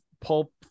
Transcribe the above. pulp